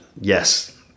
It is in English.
yes